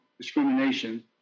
discrimination